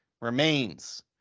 remains